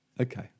Okay